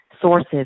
sources